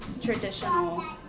traditional